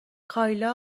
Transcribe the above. کایلا